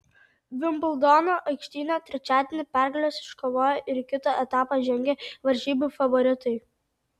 vimbldono aikštyne trečiadienį pergales iškovojo ir į kitą etapą žengė varžybų favoritai